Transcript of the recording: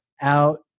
out